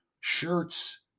shirts